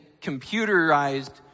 computerized